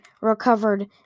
recovered